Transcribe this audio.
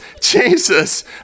Jesus